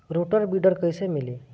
Rotor weeder कईसे मिले?